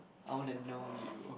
I want to know you